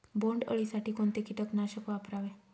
बोंडअळी साठी कोणते किटकनाशक वापरावे?